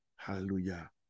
Hallelujah